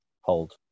hold